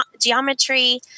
geometry